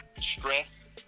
stress